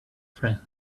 friend